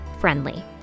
friendly